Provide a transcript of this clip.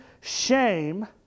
shame